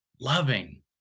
loving